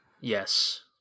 Yes